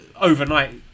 overnight